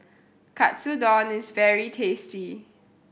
katsudon is very tasty